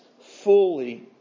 fully